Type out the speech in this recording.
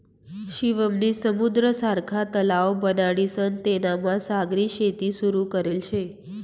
शिवम नी समुद्र सारखा तलाव बनाडीसन तेनामा सागरी शेती सुरू करेल शे